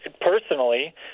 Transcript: personally